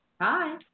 Hi